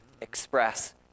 express